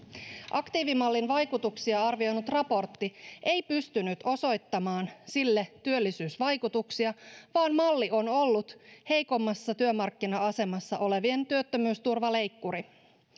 aktiivimallin vaikutuksia arvioinut raportti ei pystynyt osoittamaan sille työllisyysvaikutuksia vaan malli on ollut heikommassa työmarkkina asemassa olevien työttömyysturvaleikkuri